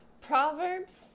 Proverbs